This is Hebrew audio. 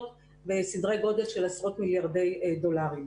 בסדרי גודל של עשרות מיליארדי דולרים.